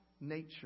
nature